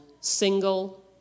single